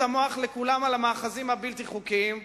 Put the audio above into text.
המוח לכולם על המאחזים הבלתי-חוקיים,